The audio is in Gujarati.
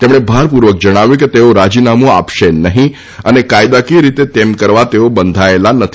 તેમણે ભારપૂર્વક જણાવ્યું છે કે તેઓ રાજીનામું આપશે નહીં અને કાયદાકીય રીતે તેમ કરવા તેઓ બંધાયેલા નથી